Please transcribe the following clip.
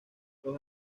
los